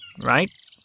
right